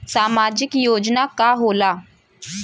सामाजिक योजना का होला?